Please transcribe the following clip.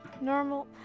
normal-